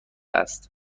است